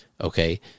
Okay